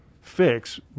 fix